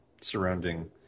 surrounding